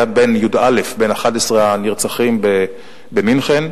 היה בין י"א הנרצחים במינכן,